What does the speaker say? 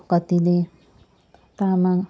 कतिले तामा